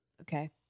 Okay